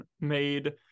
made